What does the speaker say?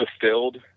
fulfilled